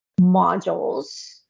modules